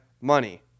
Money